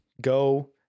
go